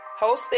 hosted